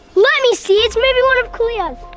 let me see. it's maybe one of kalia's.